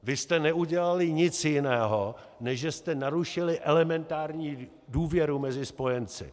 Vy jste neudělali nic jiného, než že jste narušili elementární důvěru mezi spojenci.